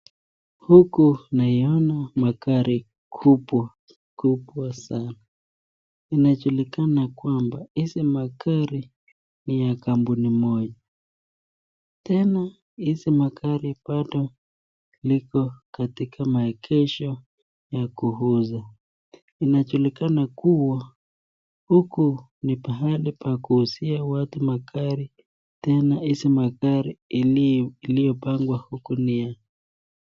Huku naiyona magari kubwa kubwa sana . Inajulikana kwamba hizi magari ni ya kampuni moja . Tena hizi magari bado liko katika maegesho ya kuuza . Inajulikana kuwa huku ni pahali pa kuuzia watu magari tena hizi magari iliyopangwa huku ni ya .